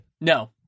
No